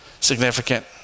significant